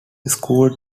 schooled